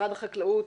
ממשרד החקלאות,